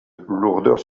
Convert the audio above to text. lourdeur